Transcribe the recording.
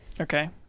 Okay